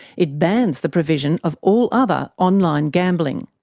it bans the provision of all other online gambling.